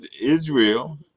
Israel